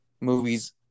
movies